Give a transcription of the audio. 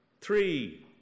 three